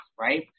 right